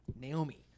Naomi